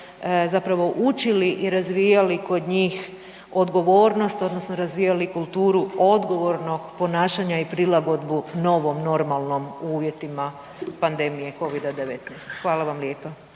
zapravo učili i razvijali kod njih odgovornost odnosno razvijali kulturu odgovornog ponašanja i prilagodbu novom normalnom u uvjetima pandemije COVID-a 19. Hvala vam lijepa.